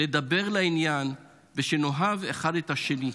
לדבר לעניין, ושנאהב אחד את השני.